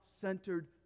centered